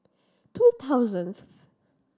two thousandth